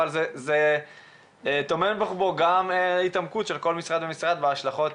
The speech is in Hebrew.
אבל זה טומן בחובו גם התעמקות של כל משרד ומשרד וההשלכות